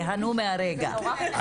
תיהנו מהרגע.